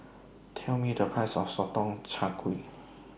Tell Me The Price of Sotong Char Kway